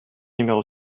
numéro